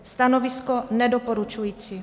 Stanovisko: nedoporučující.